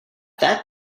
that